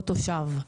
או תושב,